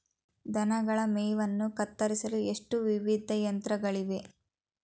ದನಗಳ ಮೇವನ್ನು ಕತ್ತರಿಸಲು ಎಷ್ಟು ವಿಧದ ಯಂತ್ರಗಳಿವೆ?